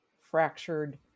fractured